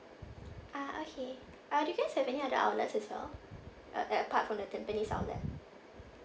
ah okay uh do you guys have any other outlets as well uh apart from the tampines outlet